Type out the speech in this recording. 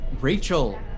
Rachel